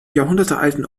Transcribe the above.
jahrhundertealten